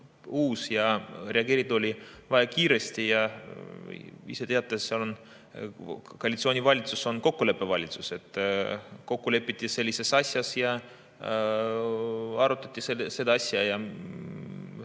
ja reageerida oli vaja kiiresti. Te ise teate, et koalitsioonivalitsus on kokkuleppevalitsus. Kokku lepiti sellises asjas ja arutati seda asja.